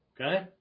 okay